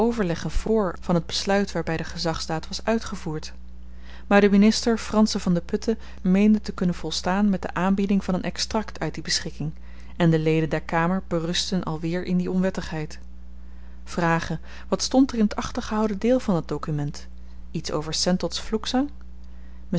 overleggen voor van t besluit waarby de gezagsdaad was uitgevoerd maar de minister fransen v d putte meende te kunnen volstaan met de aanbieding van een extrakt uit die beschikking en de leden der kamer berustten alweer in die onwettigheid vrage wat stond er in t achtergehouden deel van dat dokument iets over